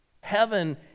heaven